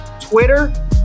Twitter